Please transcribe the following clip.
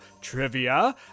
Trivia